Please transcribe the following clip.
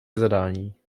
zadání